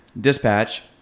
Dispatch